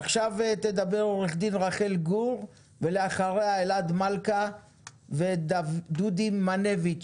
עכשיו תדבר עורכת דין רחל גור ולאחריה אלעד מלכא ודודי מנביץ,